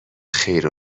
خیر